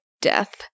death